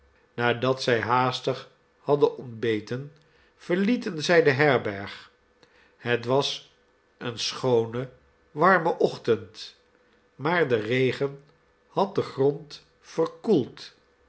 nadat zij haastig hadden ontbeten verlieten zij de herberg het was een schoone warme ochtend maar de regen had den grond verkoeld